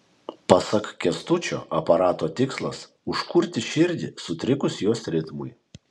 pasak kęstučio aparato tikslas užkurti širdį sutrikus jos ritmui